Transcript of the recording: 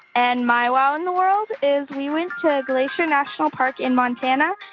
and my wow in the world is we went through a glacier national park in montana.